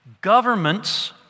Governments